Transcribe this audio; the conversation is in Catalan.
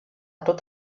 tot